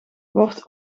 wordt